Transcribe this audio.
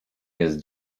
jest